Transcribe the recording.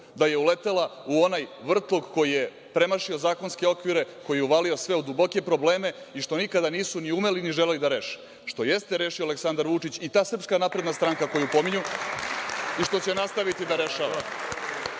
da je uletela u onaj vrtlog koji je premašio zakonske okvire, koji je uvalio sve u duboke probleme i što nikada nisu ni umeli ni želeli da reše, što jeste rešio Aleksandar Vučić i ta SNS koju pominju i što će nastaviti da rešava.Za